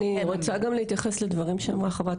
אני רוצה גם להתייחס לדברים שאמרה חברת